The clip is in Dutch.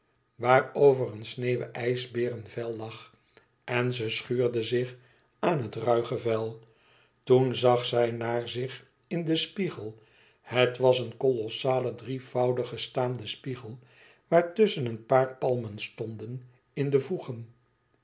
waarover een sneeuwen ijsbeerenvel lag en ze schuurde zich in het ruige vel toen zag zij naar zich in den spiegel het was een kolossale drievoudige staande spiegel waartusschen een paar palmen stonden in de voegen